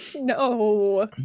No